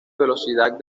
velocidad